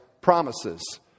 promises